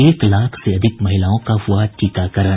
एक लाख से अधिक महिलाओं का हुआ टीकाकरण